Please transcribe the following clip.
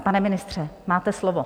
Pane ministře, máte slovo.